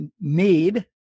need